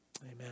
Amen